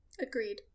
agreed